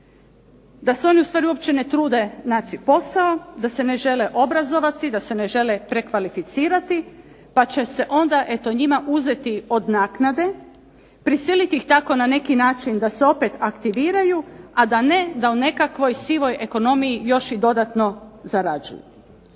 ustvari uopće ne trude naći posao, da se ne žele obrazovati, da se ne žele prekvalificirati, pa će se njima eto uzeti od naknade, prisiliti ih tako na neki način da se opet aktiviraju, a da ne o nekakvoj sivoj ekonomiji još i dodatno zarađuju.